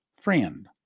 friend